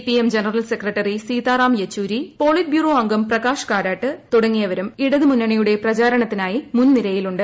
PM general secretary Sitaram Yechury politburo അംഗം പ്രകാശ് കാരാട്ട് തുടങ്ങിയവരും ഇടതുമുന്നണിയുടെ പ്രചാരണത്തിനായി മുൻനിരയിലുണ്ട്